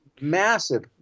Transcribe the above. massive